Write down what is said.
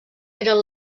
eren